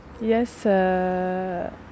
Yes